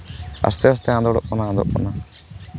ᱟᱥᱛᱮ ᱟᱥᱛᱮ ᱟᱸᱫᱳᱲᱚᱜ ᱠᱟᱱᱟ ᱟᱫᱚᱜ ᱠᱟᱱᱟ